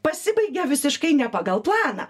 pasibaigia visiškai ne pagal planą